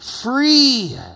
free